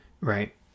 right